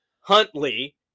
Huntley